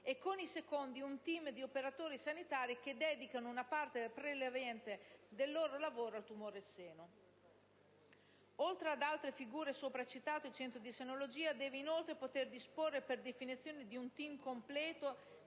e con i secondi un *team* di operatori sanitari che dedicano una parte prevalente del loro lavoro al tumore al seno. Oltre alle figure sopra citate, il Centro di senologia deve inoltre poter disporre, per definizione, di un *team* completo